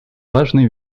важной